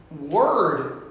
word